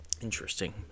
Interesting